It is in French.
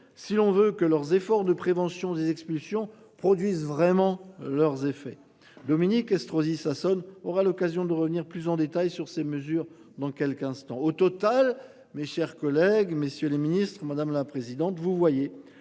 Si l'on veut que leurs efforts de prévention des expulsions produisent vraiment leurs effets Dominique Estrosi Sassone aura l'occasion de revenir plus en détail sur ces mesures. Dans quelques instants. Au total, mes chers collègues. Messieurs les Ministres, madame la présidente, vous voyez